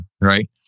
right